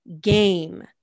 game